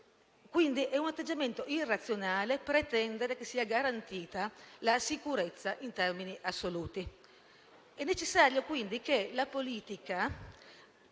Quindi, è un atteggiamento irrazionale pretendere che sia garantita la sicurezza in termini assoluti. È necessario che la politica